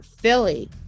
Philly